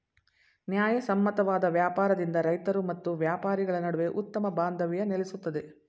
ನ್ಯಾಯಸಮ್ಮತವಾದ ವ್ಯಾಪಾರದಿಂದ ರೈತರು ಮತ್ತು ವ್ಯಾಪಾರಿಗಳ ನಡುವೆ ಉತ್ತಮ ಬಾಂಧವ್ಯ ನೆಲೆಸುತ್ತದೆ